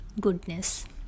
goodness